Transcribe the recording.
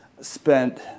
spent